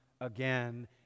again